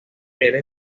era